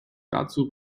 dazu